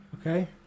Okay